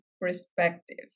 perspective